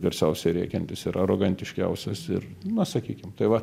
garsiausiai rėkiantis ir arogantiškiausias ir na sakykim tai va